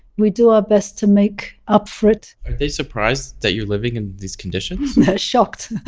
we do our best to make up for it are they surprised that you're living in these conditions? they're shocked.